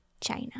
China